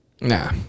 nah